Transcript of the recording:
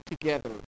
together